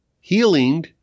healing